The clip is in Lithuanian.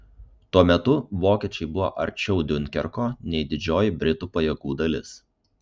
tuo metu vokiečiai buvo arčiau diunkerko nei didžioji britų pajėgų dalis